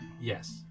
Yes